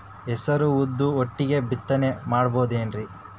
ಹೆಸರು ಉದ್ದು ಒಟ್ಟಿಗೆ ಬಿತ್ತನೆ ಮಾಡಬೋದೇನ್ರಿ?